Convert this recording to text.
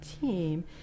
team